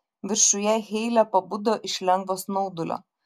viršuje heile pabudo iš lengvo snaudulio